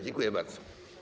Dziękuję bardzo.